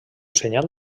senyal